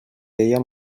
deia